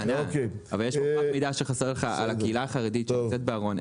יש פה פרט מידע שחסר לך על הקהילה החרדית שנמצאת בארון.